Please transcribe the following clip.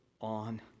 on